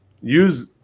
use